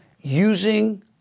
using